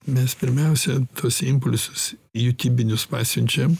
mes pirmiausia tuos impulsus jutiminius pasiunčiam